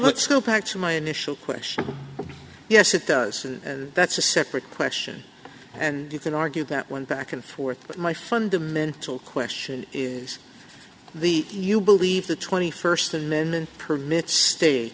let's go back to my initial question yes it does and that's a separate question and you can argue that went back and forth but my fundamental question is the you believe the twenty first amendment permits sta